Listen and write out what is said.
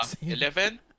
Eleven